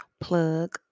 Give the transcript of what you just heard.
Plug